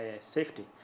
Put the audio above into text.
safety